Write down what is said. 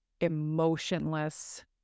emotionless